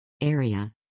area